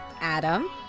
Adam